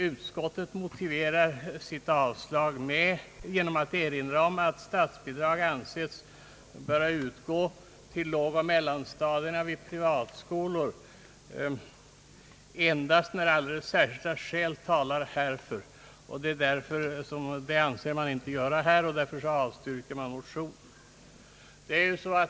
Utskottet motiverar sitt avslag genom att erinra om att statsbidrag anses böra utgå till lågoch mellanstadierna vid privatskolor endast när alldeles särskilda skäl talar härför. Sådana skäl anser man inte föreligga här, och därför avstyrker man motionen.